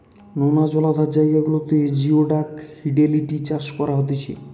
নোনা জলাধার জায়গা গুলাতে জিওডাক হিটেলিডি চাষ করা হতিছে